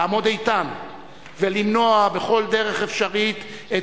לעמוד איתן ולמנוע בכל דרך אפשרית את